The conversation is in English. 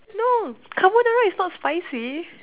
no carbonara is not spicy